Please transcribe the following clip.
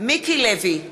מיקי לוי,